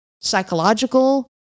psychological